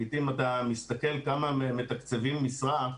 לעיתים אתה מסתכל כמה מתקצבים משרה,